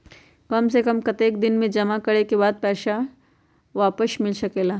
काम से कम कतेक दिन जमा करें के बाद पैसा वापस मिल सकेला?